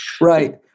Right